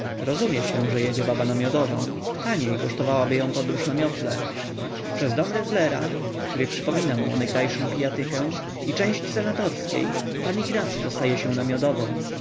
rozumie się że jedzie baba na miodową taniej kosztowałaby ją podróż na miotle przez dom rezlera który przypomina mu onegdajszą pijatykę i część senatorskiej pan ignacy dostaje się na miodową